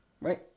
Right